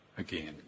Again